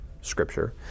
Scripture